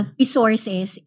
resources